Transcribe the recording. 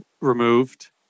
removed